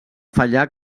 fallar